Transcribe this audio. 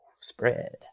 spread